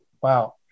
Wow